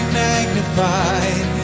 magnified